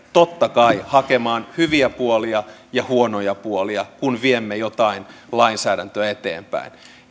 totta kai hakemaan hyviä puolia ja huonoja puolia kun viemme jotain lainsäädäntöä eteenpäin